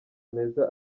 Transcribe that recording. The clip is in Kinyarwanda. meza